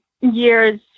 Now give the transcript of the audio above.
years